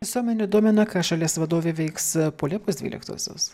visuomenę domina ką šalies vadovė veiks po liepos dvyliktosios